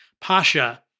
Pasha